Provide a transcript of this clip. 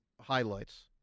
highlights